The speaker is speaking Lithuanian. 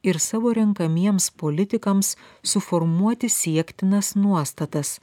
ir savo renkamiems politikams suformuoti siektinas nuostatas